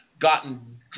gotten